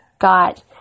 got